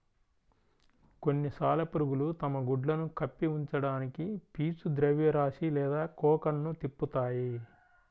కొన్ని సాలెపురుగులు తమ గుడ్లను కప్పి ఉంచడానికి పీచు ద్రవ్యరాశి లేదా కోకన్ను తిప్పుతాయి